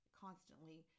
constantly